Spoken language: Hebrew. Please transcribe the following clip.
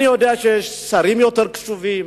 אני יודע שיש שרים יותר קשובים,